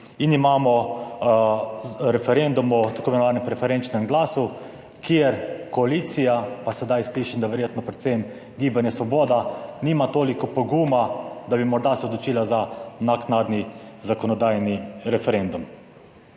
in imamo referendum o tako imenovanem preferenčnem glasu, kjer koalicija, pa sedaj slišim, da verjetno predvsem Gibanje Svoboda, nima toliko poguma, da bi morda se odločila za naknadni zakonodajni referendum.